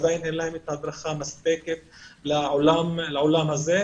עדיין אין להם הדרכה מספקת לעולם הזה.